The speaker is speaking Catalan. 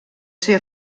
ser